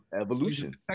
Evolution